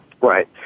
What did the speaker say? Right